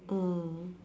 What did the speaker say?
mm